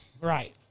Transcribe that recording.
Right